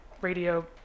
Radio